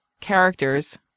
characters